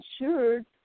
insured